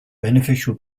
beneficial